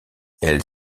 elle